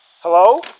Hello